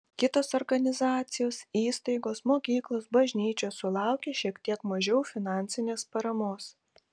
kitos organizacijos įstaigos mokyklos bažnyčios sulaukė šiek tiek mažiau finansinės paramos